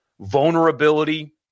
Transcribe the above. vulnerability